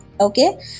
Okay